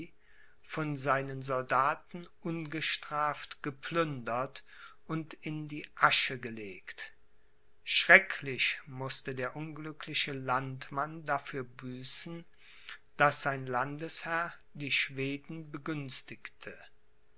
von seinen soldaten ungestraft geplündert und in die asche gelegt schrecklich mußte der unglückliche landmann dafür büßen daß sein landesherr die schweden begünstigte